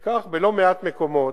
וכך, בלא מעט מקומות,